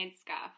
scarf